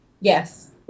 Yes